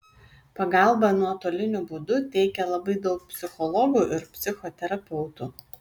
pagalbą nuotoliniu būdu teikia labai daug psichologų ir psichoterapeutų